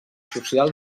social